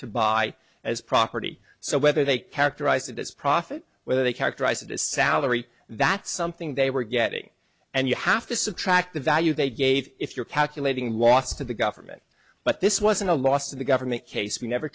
to buy as property so whether they characterize it as profit whether they characterize it as salary that's something they were getting and you have to subtract the value they gave if you're calculating loss to the government but this wasn't a loss to the government case we never